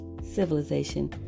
civilization